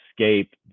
escape